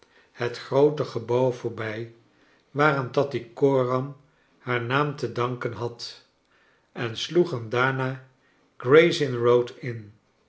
het groote gebouw voorbij waaraan tattycoram haar naam te danken had en sloegen daarna gray's inn road in